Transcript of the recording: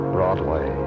Broadway